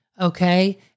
Okay